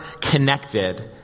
connected